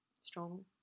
strong